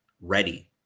ready